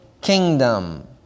kingdom